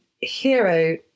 hero